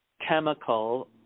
chemical